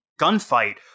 gunfight